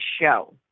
show